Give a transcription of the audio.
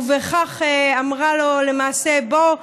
ובכך אמרה לו למעשה: בוא,